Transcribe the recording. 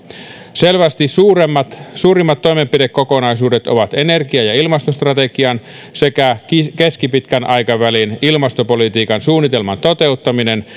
selvästi suurimmat toimenpidekokonaisuudet ovat energia ja ilmastostrategian sekä keskipitkän aikavälin ilmastopolitiikan suunnitelman toteuttaminen